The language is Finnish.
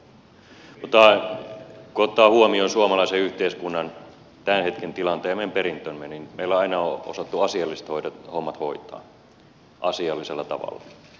mutta kun ottaa huomioon suomalaisen yhteiskunnan tämän hetken tilanteen meidän perintömme niin meillä on aina osattu asialliset hommat hoitaa asiallisella tavalla